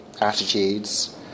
attitudes